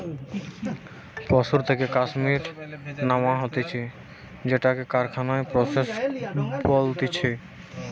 পশুর থেকে কাশ্মীর ন্যাওয়া হতিছে সেটাকে কারখানায় প্রসেস বলতিছে